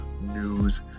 news